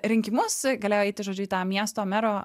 rinkimus galėjo eiti žodžiu į tą miesto mero